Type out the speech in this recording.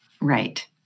Right